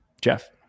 Jeff